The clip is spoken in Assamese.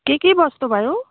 কি কি বস্তু বাৰু